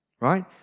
right